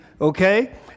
Okay